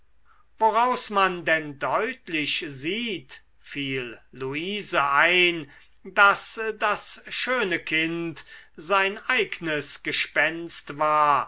woraus man denn deutlich sieht fiel luise ein daß das schöne kind sein eignes gespenst war